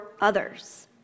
others